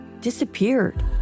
disappeared